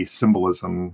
symbolism